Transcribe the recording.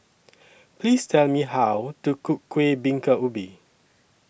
Please Tell Me How to Cook Kueh Bingka Ubi